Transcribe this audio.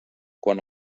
quan